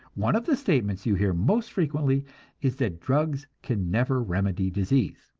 one of the statements you hear most frequently is that drugs can never remedy disease,